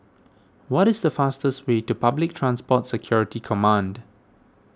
what is the fastest way to Public Transport Security Command